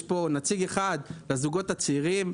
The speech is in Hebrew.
יש פה נציג אחד לזוגות הצעירים,